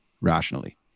rationally